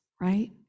right